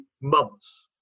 months